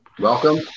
welcome